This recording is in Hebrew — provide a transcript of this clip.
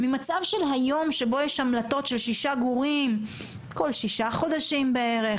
ממצב של היום שבו יש המלטות של שישה גורים כל שישה חודשים בערך,